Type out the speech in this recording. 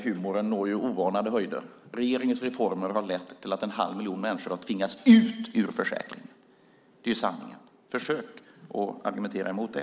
Humorn når oanade höjder. Regeringens reformer har ju lett till att en halv miljon människor har tvingats ut ur försäkringen. Det är sanningen. Försök att argumentera emot det!